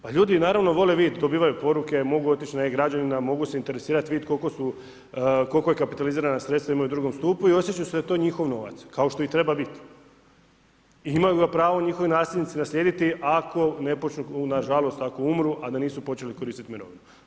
Pa ljudi naravno vole vidjeti, dobivaju poruke, mogu otić na e-građanina, mogu se interesirat, vidjeti koliko je kapitalizirana sredstva imaju u II. stupu i osjećaju da je to njihov novac, kao što i treba biti, imaju ga pravo njihovi nasljednici naslijediti ako ne počnu, nažalost ako umru, a nisu počeli koristit mirovinu.